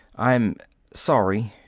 i'm sorry.